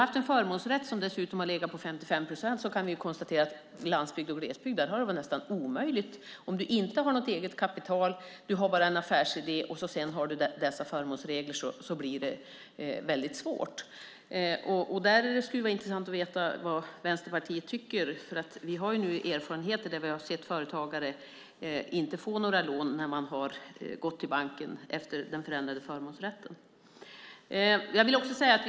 Med en förmånsrätt som har legat på 55 procent kan vi konstatera att i glesbygd och på landsbygd har det varit nästan omöjligt. Om man inte har eget kapital utan bara en affärsidé blir det väldigt svårt med de förmånsreglerna. Det skulle vara intressant att veta vad Vänsterpartiet tycker. Vi har ju erfarenhet och har sett att företagare efter den förändrade förmånsrätten inte får lån när man har gått till banken.